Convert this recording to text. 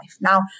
Now